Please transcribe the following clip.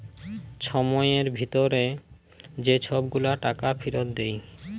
ছময়ের ভিতরে যে ছব গুলা টাকা ফিরত দেয়